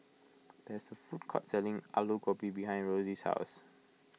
there is a food court selling Alu Gobi behind Rossie's house